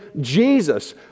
Jesus